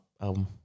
album